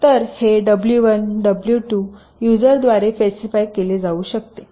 तर हे W 1 W 2 यूजरद्वारे स्पेसिफाय केले जाऊ शकते